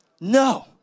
No